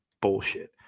bullshit